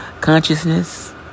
consciousness